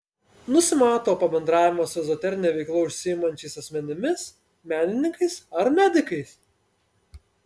nusimato pabendravimas su ezoterine veikla užsiimančiais asmenimis menininkais ar medikais